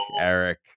Eric